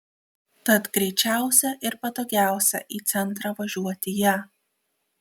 tad greičiausia ir patogiausia į centrą važiuoti ja